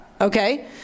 Okay